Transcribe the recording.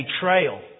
betrayal